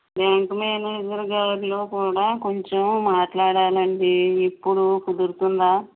bank manager గారితో కూడా కొంచెం మాట్లాడాలండి ఇప్పుడు కుదురుతుందా